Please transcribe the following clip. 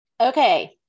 Okay